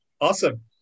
Awesome